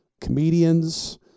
comedians